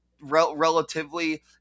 relatively